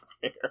fair